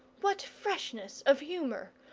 what freshness of humour,